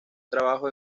trabajo